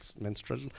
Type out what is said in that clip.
menstrual